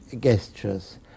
gestures